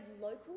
local